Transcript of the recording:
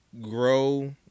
grow